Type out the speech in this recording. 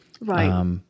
Right